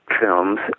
films